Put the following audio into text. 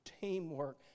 teamwork